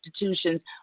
institutions